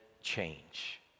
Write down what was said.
change